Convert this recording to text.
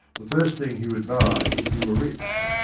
the first thing he would buy if he were rich.